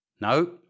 No